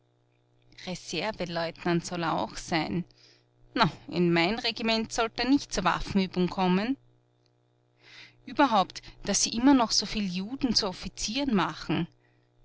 reserveleutnant soll er auch sein na in mein regiment sollt er nicht zur waffenübung kommen überhaupt daß sie noch immer so viel juden zu offizieren machen